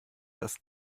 das